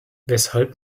weshalb